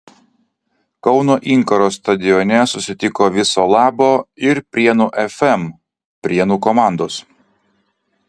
kauno inkaro stadione susitiko viso labo ir prienų fm prienų komandos